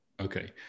okay